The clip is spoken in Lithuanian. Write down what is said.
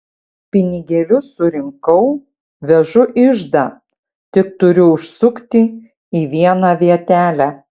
pinigėlius surinkau vežu iždą tik turiu užsukti į vieną vietelę